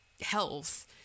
health